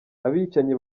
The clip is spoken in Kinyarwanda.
abicanyi